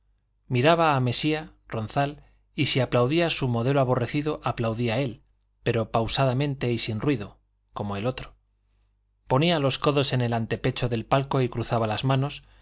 miraba a mesía ronzal y si aplaudía su modelo aborrecido aplaudía él pero pausadamente y sin ruido como el otro ponía los codos en el antepecho del palco y cruzaba las manos